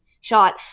shot